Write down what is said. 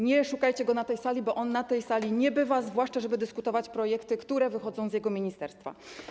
Nie szukajcie go na tej sali, bo on na tej sali nie bywa, zwłaszcza po to, żeby dyskutować o projektach, które wychodzą z jego ministerstwa.